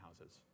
houses